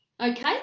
okay